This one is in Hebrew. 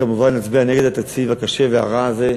כמובן, נצביע נגד התקציב הקשה והרע הזה,